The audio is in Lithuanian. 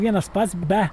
vienas pats be